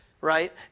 right